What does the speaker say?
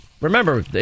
Remember